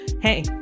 Hey